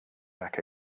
back